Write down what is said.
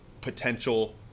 potential